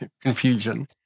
confusion